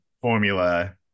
formula